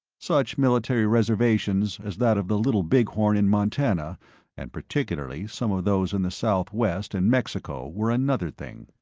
such military reservations as that of the little big horn in montana and particularly some of those in the south west and mexico, were another thing.